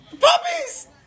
Puppies